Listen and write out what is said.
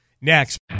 next